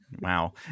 Wow